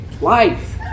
life